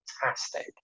fantastic